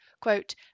quote